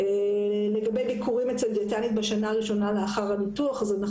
לגבי ביקורים אצל דיאטנית בשנה הראשונה לאחר הניתוח: אנחנו